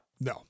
No